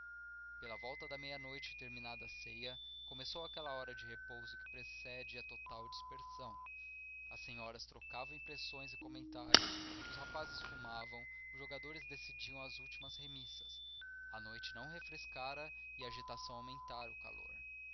pela volta da meia-noite terminada a ceia começou aquela hora de repouso que precede a total dispersão as senhoras trocavam impressões e comentários os rapazes fumavam os jogadores decidiam as últimas remissas a noite não refrescara e a agitação aumentara o calor